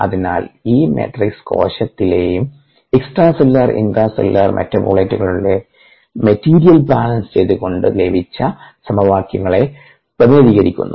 അതിനാൽ ഈ മാട്രിക്സ് കോശത്തിലെയും എക്സ്ട്രാ സെല്ലുലാർ ലെയും ഇൻട്രാസെല്ലുലാർലെയുംവിവിധ മെറ്റബോളിറ്റുകളിൽ മെറ്റീരിയൽ ബാലൻസ് ചെയ്തുകൊണ്ട് ലഭിച്ച സമവാക്യങ്ങളെ പ്രതിനിധീകരിക്കുന്നു